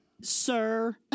sir